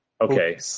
Okay